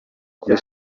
kuri